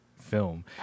film